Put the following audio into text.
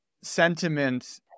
sentiment